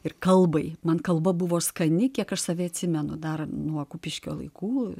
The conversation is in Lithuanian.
ir kalbai man kalba buvo skani kiek aš save atsimenu dar nuo kupiškio laikų